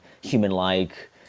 human-like